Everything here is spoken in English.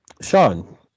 Sean